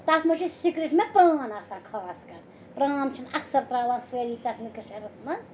تَتھ منٛز چھِ سِکرِٹ مےٚ پرٛان آسان خاص کَر پرٛان چھِنہٕ اَکثَر ترٛاوان سٲری تَتھ مِکٕسچَرَس منٛز